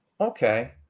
okay